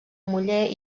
muller